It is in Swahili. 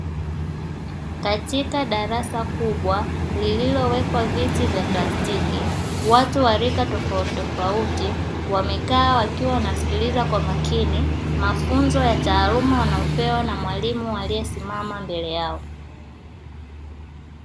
Katika darasa kubwa lililowekwa viti vya plastiki, watu wa rika tofautitofauti wamekaa wakiwa wanasikiliza kwa makini mafunzo ya taaluma wanayopewa na mwalimu aliyesimama mbele yao.